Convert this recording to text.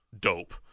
dope